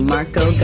Marco